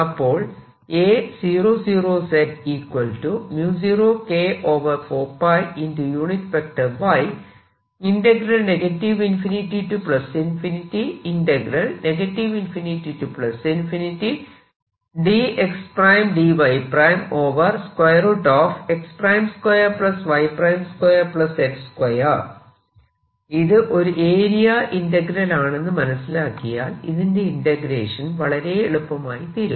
അപ്പോൾ ഇത് ഒരു ഏരിയ ഇന്റഗ്രൽ ആണെന്ന് മനസിലാക്കിയാൽ ഇതിന്റെ ഇന്റഗ്രേഷൻ വളരെ എളുപ്പമായിതീരും